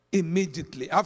immediately